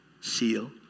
seal